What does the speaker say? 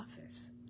office